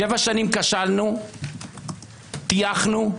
שבע שנים כשלנו, טייחנו,